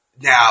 Now